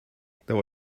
there